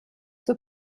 zur